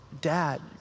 dad